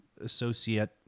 associate